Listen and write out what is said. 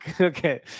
Okay